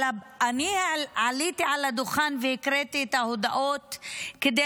אבל אני עליתי על הדוכן והקראתי את ההודעות כדי